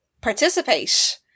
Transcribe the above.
participate